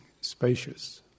spacious